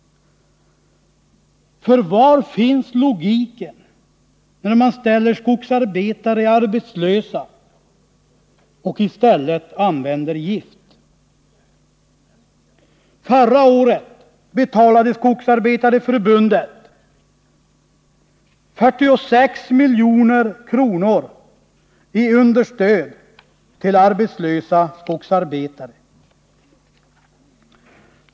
Var finns logiken när man ställer skogsarbetare arbetslösa och i stället använder gift? — Förra året betalade Skogsarbetareförbundet 46 milj.kr. i understöd till arbetslösa skogsarbetare.